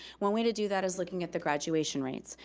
one way to do that is looking at the graduation rates.